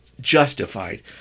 justified